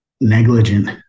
negligent